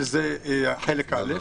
שזה חלק א',